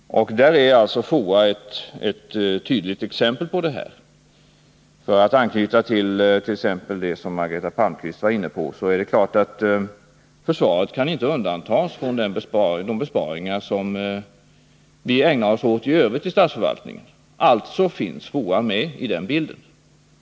FOA är ett tydligt exempel på det. För att anknyta t.ex. till det som Margareta Palmqvist var inne på är det klart att försvaret inte kan undantas från de besparingar som vi i övrigt ägnar oss åt i statsförvaltningen. Alltså finns FOA med i bilden.